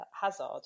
Hazard